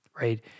right